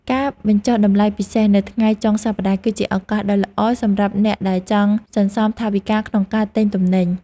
ការបញ្ចុះតម្លៃពិសេសនៅថ្ងៃចុងសប្តាហ៍គឺជាឱកាសដ៏ល្អសម្រាប់អ្នកដែលចង់សន្សំថវិកាក្នុងការទិញទំនិញ។